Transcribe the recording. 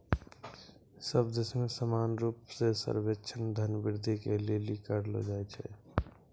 सब देश मे समान रूप से सर्वेक्षण धन वृद्धि के लिली करलो जाय छै